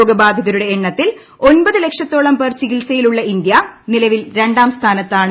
രോഗബാധിതരുടെ എണ്ണത്തിൽ ഒമ്പത് ലക്ഷത്തോളം പേർ ചികിത്സയിലുള്ള ഇന്തൃ നിലവിൽ രണ്ടാം സ്ഥാനത്താണ്